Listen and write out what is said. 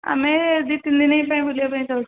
ଆମେ ଦୁଇ ତିନି ଦିନ ପାଇଁ ବୁଲିବା ପାଇଁ ଚାହୁଁଛୁ